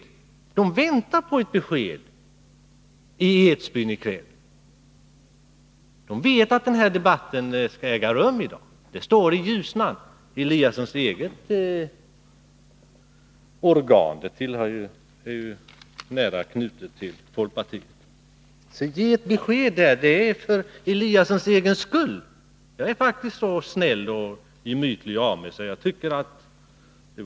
I Edsbyn väntar man på ett besked. Man vet där att den här debatten äger rum i dag — det står i Ingemar Eliassons eget organ, Ljusnan, som är nära knutet till folkpartiet. Jag är faktiskt så snäll av mig att jag tycker det vore bra för Ingemar Eliassons egen skull, om han ville ge ett besked.